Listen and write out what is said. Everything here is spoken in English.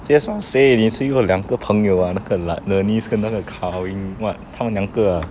just know say 妳只有两个朋友 [what] 那个 bernice 跟那个 kar wing what 他们两个 ah